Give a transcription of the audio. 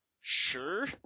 Sure